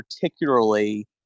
particularly